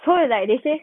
so it's like they say